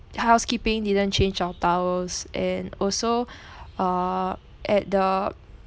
housekeeping didn't change our towels and also uh at the